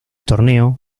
torneo